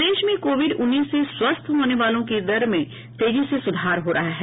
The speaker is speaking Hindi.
प्रदेश में कोविड उन्नीस से स्वस्थ होने वालों की दर में तेजी से सुधार हो रहा है